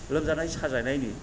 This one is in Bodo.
लोमजानाय साजानायनि